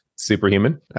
Superhuman